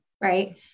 right